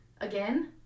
again